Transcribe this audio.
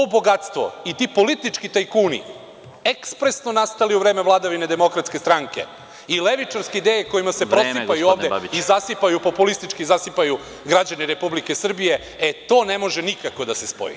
To bogatstvo i ti politički tajkuni, ekspresno nastali u vreme vladavine Demokratske stranke i levičarske ideje kojima se prosipaju ovde i zasipaju, populistički zasipaju građane Republike Srbije, e to ne može nikako da se spoji.